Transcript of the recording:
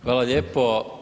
Hvala lijepo.